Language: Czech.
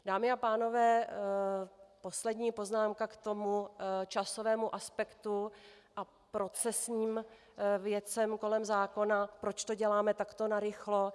Dámy a pánové, poslední poznámka k tomu časovému aspektu a k procesním věcem kolem zákona, proč to děláme takto narychlo.